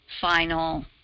final